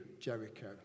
Jericho